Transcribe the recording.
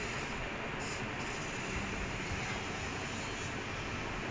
capitalise the entire thing should be in ah in small letter